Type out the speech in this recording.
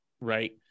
right